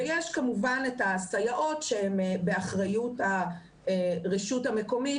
ויש כמובן את הסייעות שהן באחריות הרשות המקומית.